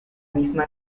misma